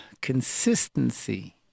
consistency